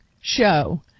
show